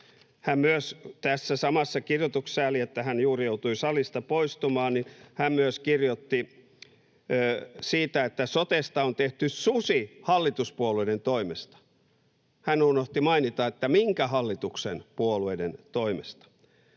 Hän myös tässä samassa kirjoituksessa — sääli, että hän juuri joutui salista poistumaan — kirjoitti, että ”sotesta on tehty susi hallituspuolueiden toimesta”. Hän unohti mainita, minkä hallituksen puolueiden toimesta.